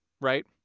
right